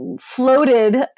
floated